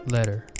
Letter